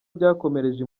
byakomereje